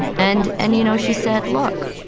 and and, you know, she said, look,